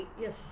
Yes